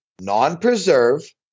non-preserve